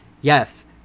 yes